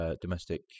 domestic